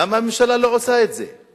למה הממשלה לא עושה את זה?